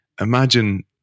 imagine